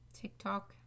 TikTok